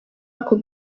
ako